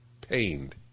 pained